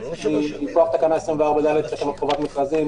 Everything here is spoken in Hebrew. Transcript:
שהיא מכוח תקנה 24ד לתקנות חובת מכרזים,